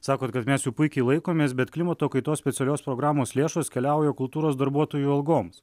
sakot kad mes jų puikiai laikomės bet klimato kaitos specialios programos lėšos keliauja kultūros darbuotojų algoms